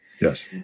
Yes